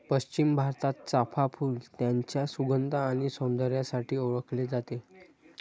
पश्चिम भारतात, चाफ़ा फूल त्याच्या सुगंध आणि सौंदर्यासाठी ओळखले जाते